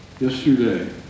yesterday